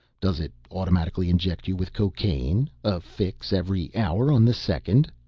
does it automatically inject you with cocaine? a fix every hour on the second?